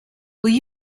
will